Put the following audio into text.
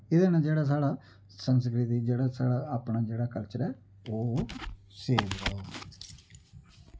एह्दे नै जेह्ड़ा साढ़ा संस्कृति जेह्ड़ा साढ़ा अपना जेह्ड़ा कल्चर ऐ ओह् सेव रौह्ग